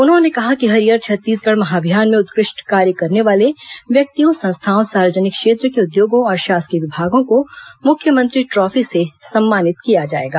उन्होंने कहा कि हरियर छत्तीसगढ़ महाअभियान में उत्कृष्ट कार्य करने वाले व्यक्तियों संस्थाओं सार्वजनिक क्षेत्र के उद्योगों और शासकीय विभागों को मुख्यमत्री ट्रॉफी से सम्मानित किया जाएगा